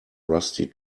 rusty